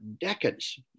decades